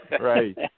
Right